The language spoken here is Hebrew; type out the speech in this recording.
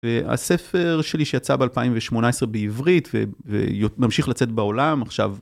והספר שלי שיצא ב-2018 בעברית וממשיך לצאת בעולם עכשיו.